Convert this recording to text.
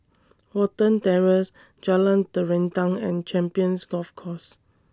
Watten Terrace Jalan Terentang and Champions Golf Course